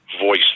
voice